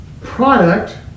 product